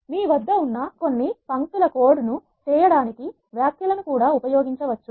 మీ వద్ద ఉన్న కొన్ని పంక్తు ల కోడ్ ను చేయడానికి వ్యాఖ్యలను కూడా ఉపయోగించవచ్చు